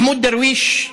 מחמוד דרוויש,